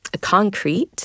concrete